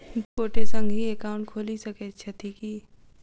दु गोटे संगहि एकाउन्ट खोलि सकैत छथि की?